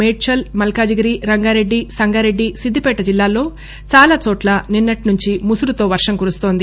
మేడ్చల్ మల్కాజిగిరి రంగారెడ్డి సంగారెడ్డి సిద్దిపేట జిల్లాల్లో చాలాచోట్ల నిన్నటి నుంచి ముసురుతో వర్షం కురుస్తోంది